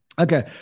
Okay